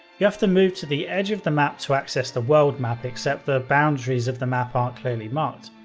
you have to move to the edge of the map to access the world map, except the boundaries of the map aren't clearly marked.